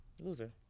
loser